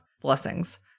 blessings